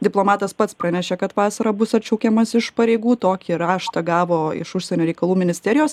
diplomatas pats pranešė kad vasarą bus atšaukiamas iš pareigų tokį raštą gavo iš užsienio reikalų ministerijos